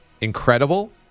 incredible